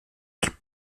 gibt